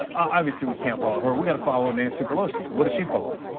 obviously, we can't follow her, we gotta follow nancy pelosi. what does she poll at?